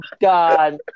God